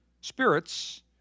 spirits